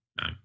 No